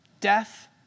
Death